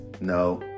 No